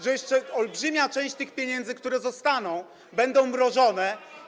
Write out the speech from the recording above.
Że jeszcze olbrzymia część tych pieniędzy, które zostaną, będzie mrożona.